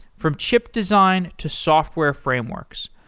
from chip design to software frameworks.